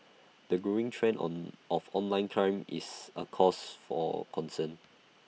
the growing trend on of online crime is A cause for concern